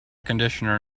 conditioner